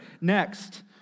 Next